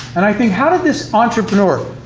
and i think, how did this entrepreneur,